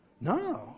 No